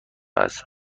است